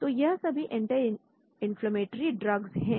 तो यह सभी एंटी इन्फ्लेमेटरी ड्रग्स है